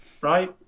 right